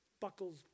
buckles